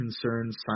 concerns